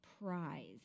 prize